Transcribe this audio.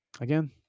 Again